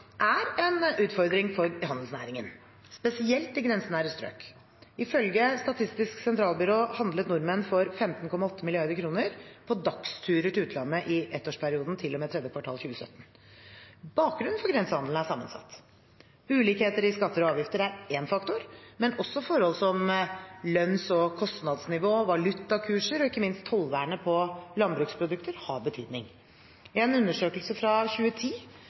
er en utfordring for handelsnæringen, spesielt i grensenære strøk. Ifølge Statistisk sentralbyrå handlet nordmenn for 15,8 mrd. kr på dagsturer til utlandet i ettårsperioden til og med tredje kvartal 2017. Bakgrunnen for grensehandel er sammensatt. Ulikheter i skatter og avgifter er én faktor, men også forhold som lønns- og kostnadsnivå, valutakurser og ikke minst tollvernet på landbruksprodukter har betydning. I en undersøkelse fra 2010